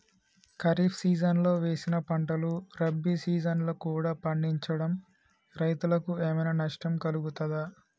ఖరీఫ్ సీజన్లో వేసిన పంటలు రబీ సీజన్లో కూడా పండించడం రైతులకు ఏమైనా నష్టం కలుగుతదా?